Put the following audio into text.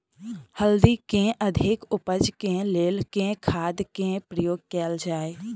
हल्दी केँ अधिक उपज केँ लेल केँ खाद केँ प्रयोग कैल जाय?